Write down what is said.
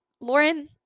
Lauren